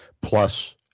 plus